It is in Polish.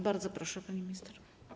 Bardzo proszę, pani minister.